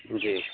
جی